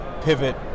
pivot